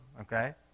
okay